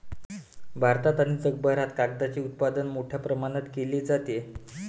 भारतात आणि जगभरात कागदाचे उत्पादन मोठ्या प्रमाणावर केले जाते